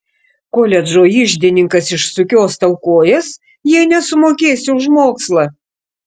koledžo iždininkas išsukios tau kojas jei nesumokėsi už mokslą